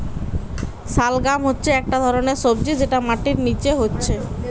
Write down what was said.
শালগাম হচ্ছে একটা ধরণের সবজি যেটা মাটির নিচে হচ্ছে